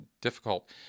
difficult